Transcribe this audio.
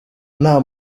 nta